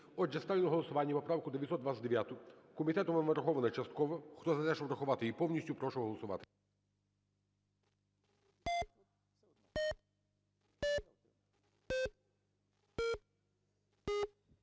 Отже, ставлю на голосування поправку 929. Комітетом вона врахована частково. Хто за те, щоб врахувати її повністю, прошу голосувати.